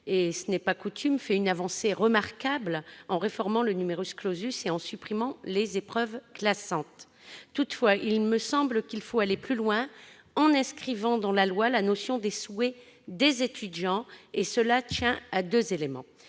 et ce n'est pas coutume, fait une avancée remarquable en réformant le et en supprimant les épreuves classantes. Toutefois, il me semble qu'il faut aller plus loin en inscrivant dans la loi la notion de « souhaits de l'étudiant », qui tient à deux éléments.